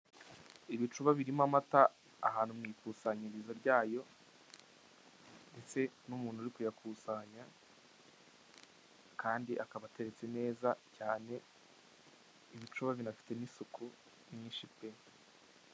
Ibicuba birimo amata ahantu mwikusanyirizo ryayo ndetse numuntu uri kuyakusanya kandi akaba ateretse neza cyane ibicuba binafite nisuku nyinshi pe!